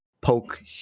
poke